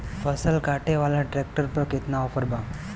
फसल काटे वाला ट्रैक्टर पर केतना ऑफर बा?